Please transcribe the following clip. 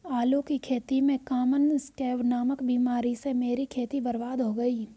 आलू की खेती में कॉमन स्कैब नामक बीमारी से मेरी खेती बर्बाद हो गई